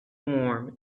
warm